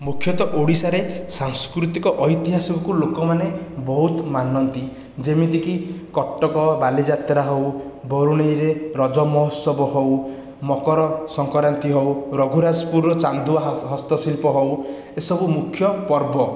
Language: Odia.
ମୁଖ୍ୟତଃ ଓଡ଼ିଶାରେ ସାଂସ୍କୃତିକ ଐତିହାସକୁ ଲୋକ ମାନେ ବହୁତ ମାନନ୍ତି ଯେମିତିକି କଟକ ବାଲିଯାତ୍ରା ହେଉ ବାରୁଣେଇରେ ରଜ ମହୋତ୍ସବ ହେଉ ମକର ସଂକ୍ରାନ୍ତି ହେଉ ରଘୁରାଜପୁରର ଚାନ୍ଦୁଆ ହସ୍ତ ଶିଳ୍ପ ହେଉ ଏସବୁ ମୁଖ୍ୟ ପର୍ବ